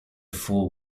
fool